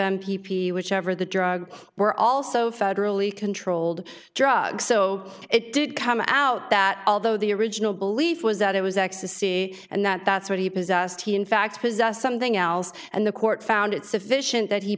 m p p whichever the drug were also federally controlled drugs so it did come out that although the original belief was that it was ecstasy and that that's what he possessed he in fact possessed something else and the court found it sufficient that he